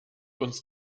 uns